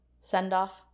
send-off